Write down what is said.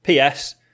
PS